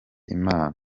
imana